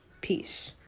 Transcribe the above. Peace